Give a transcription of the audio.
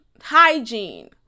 hygiene